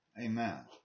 Amen